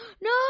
No